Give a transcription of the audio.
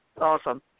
Awesome